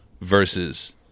versus